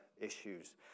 issues